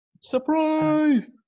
Surprise